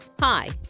Hi